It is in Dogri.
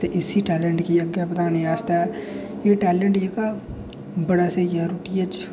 ते इसी टेलैंट गी अग्गें बधानै आस्तै एह् टेलैंट जेह्का बड़ा स्हेई ऐ रुट्टियै च